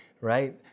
right